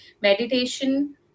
meditation